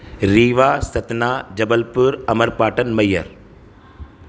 Rewa Satna Jabalpur Amarpatan Maihar